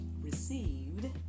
received